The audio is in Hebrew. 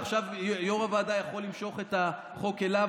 ועכשיו יו"ר הוועדה יכול למשוך את החוק אליו.